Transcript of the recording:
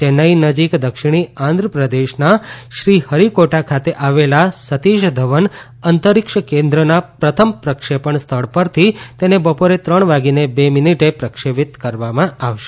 ચેન્નઈ નજીક દક્ષિણી આંધ્રપ્રદેશના શ્રી હરિકોટા ખાતે આવેલા સતીષ ધવન અંતરીક્ષ કેન્દ્રના પ્રથમ પ્રક્ષેપણ સ્થળ પરથી તેને બપોરે ત્રણ વાગીને બે મીનિટે પ્રક્ષેપિત કરવામાં આવશે